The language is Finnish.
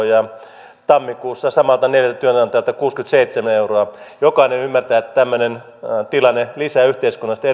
ja tammikuussa samalta neljältä työnantajalta kuusikymmentäseitsemän euroa jokainen ymmärtää että tämmöinen tilanne lisää yhteiskunnallista